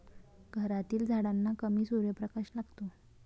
घरातील झाडांना कमी सूर्यप्रकाश लागतो